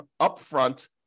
upfront